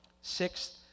Sixth